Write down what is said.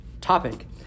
Topic